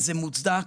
זה מוצדק,